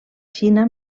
xina